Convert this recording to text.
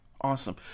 awesome